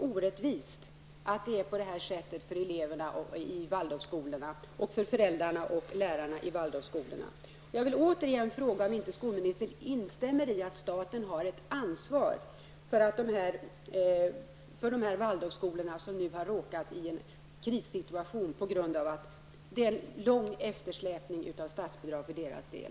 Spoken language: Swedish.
Jag vill också återigen fråga om inte skolministern instämmer i att staten har ett ansvar för dessa Waldorfskolor som nu har råkat i en krissituation på grund av en lång eftersläpning av statsbidrag för deras del.